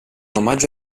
omaggio